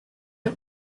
her